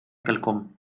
quelcom